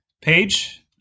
page